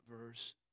verse